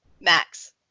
max